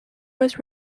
was